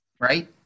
right